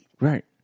Right